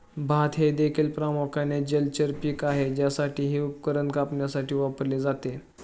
भात हे देखील प्रामुख्याने जलचर पीक आहे ज्यासाठी हे उपकरण कापण्यासाठी वापरले जाते